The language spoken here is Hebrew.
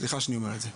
סליחה שאני אומר את זה.